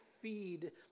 feed